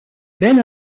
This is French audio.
ben